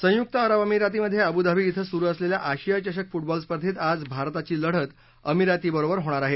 संयुक्त अरब अमिरातीमध्ये अबूधाबी इथं सुरू असलेल्या आशिया चषक फूटबॉल स्पर्धेत आज भारताची लढत अमिरातीबरोबर होणार आहे